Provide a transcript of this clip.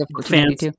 fans